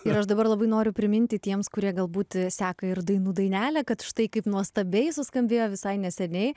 ir aš dabar labai noriu priminti tiems kurie galbūt seka ir dainų dainelę kad štai kaip nuostabiai suskambėjo visai neseniai